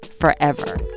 forever